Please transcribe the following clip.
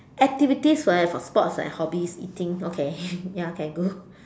activities leh for sports and hobbies eating okay ya can do